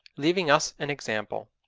leaving us an example.